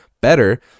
better